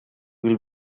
will